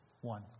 One